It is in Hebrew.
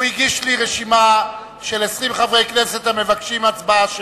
הוא הגיש לי רשימה של 20 חברי כנסת המבקשים הצבעה שמית.